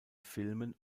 filmen